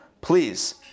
please